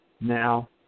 Now